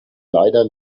leider